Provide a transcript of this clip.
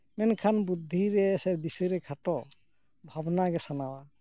ᱢᱮᱱᱠᱷᱟᱱ ᱵᱩᱫᱽᱫᱷᱤ ᱨᱮ ᱫᱤᱥᱟᱹ ᱨᱮ ᱠᱷᱟᱴᱚ ᱵᱷᱟᱵᱱᱟ ᱜᱮ ᱥᱟᱱᱟᱣᱟ